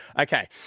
okay